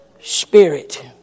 spirit